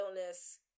illness